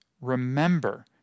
remember